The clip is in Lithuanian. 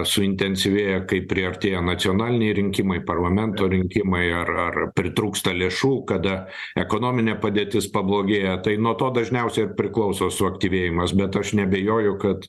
suintensyvėja kai priartėja nacionaliniai rinkimai parlamento rinkimai ar ar pritrūksta lėšų kada ekonominė padėtis pablogėja tai nuo to dažniausiai ir priklauso suaktyvėjimas bet aš neabejoju kad